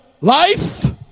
life